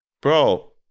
bro